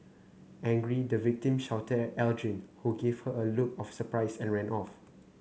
angry the victim shouted at Aldrin who gave her a look of surprise and ran off